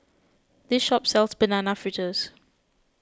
this shop sells Banana Fritters